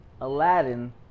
Aladdin